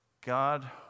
God